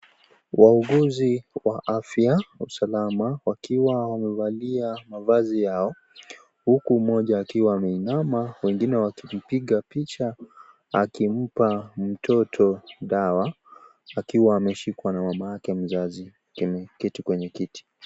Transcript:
Wauguzi wa afya wa usalama, wakiwa wamevalia mavazi yao, huku mmoja akiwa ameinama wengine wakimpiga picha akimpa mtoto dawa akiwa ameshikwa na mama yake mwenye ameketi kwenye kiti.